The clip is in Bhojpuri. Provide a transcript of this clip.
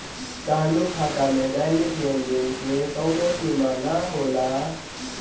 चालू खाता में दैनिक लेनदेन के कवनो सीमा ना होला